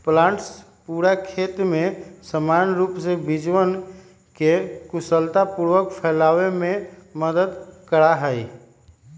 planters पूरा खेत में समान रूप से बीजवन के कुशलतापूर्वक फैलावे में मदद करा हई